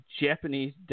Japanese